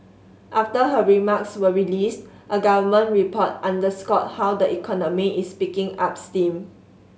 after her remarks were released a government report underscored how the economy is picking up steam